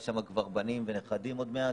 יש שם כבר בנים ונכדים עוד מעט.